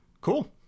Cool